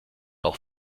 auch